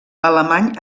alemany